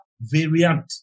variant